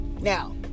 Now